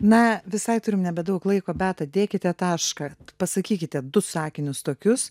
na visai turim nebedaug laiko beata dėkite tašką pasakykite du sakinius tokius